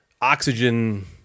oxygen